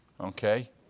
Okay